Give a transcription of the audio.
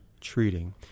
treating